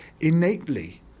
innately